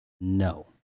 no